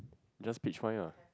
just peach wine ah